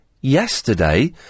yesterday